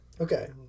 Okay